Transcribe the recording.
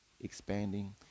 expanding